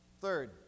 Third